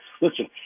listen